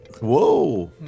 Whoa